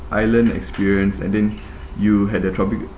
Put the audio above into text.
island experience and then you had the tropic